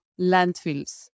landfills